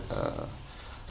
uh